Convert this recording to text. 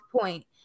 point